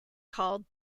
called